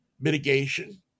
mitigation